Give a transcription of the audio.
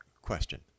question